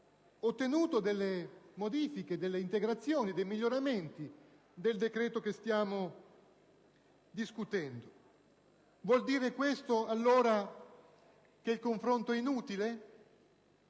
ottenuto delle modifiche, delle integrazioni, dei miglioramenti al decreto-legge che stiamo discutendo. Questo vuol dire allora che il confronto è inutile,